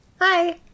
Hi